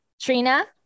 Trina